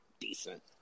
decent